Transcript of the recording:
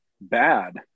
bad